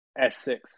S6